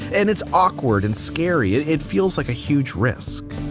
and it's awkward and scary. it it feels like a huge risk.